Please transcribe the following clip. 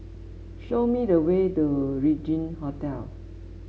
show me the way to Regin Hotel